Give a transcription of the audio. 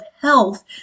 health